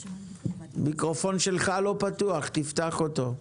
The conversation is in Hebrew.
המיקרופון שלך לא פתוח, תפתח אותו.